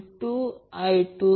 तर मला ते स्पष्ट करू द्या